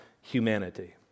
humanity